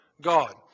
God